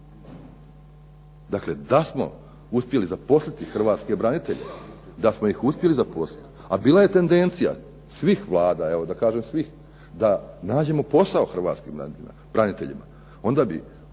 Dakle, da smo uspjeli zaposliti Hrvatske branitelje, da smo ih uspjeli zaposliti. A bila je tendencija svih vlada, evo da kažem svih, da nađemo posao Hrvatskim braniteljima. Onda bi